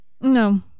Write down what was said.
no